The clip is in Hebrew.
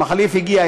המחליף הגיע.